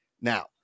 Now